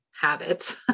habits